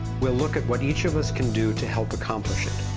we look at what each of us can do, to help accomplish it.